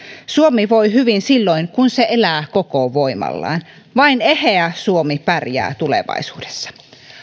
suomi voi hyvin silloin kun se elää koko voimallaan vain eheä suomi pärjää tulevaisuudessa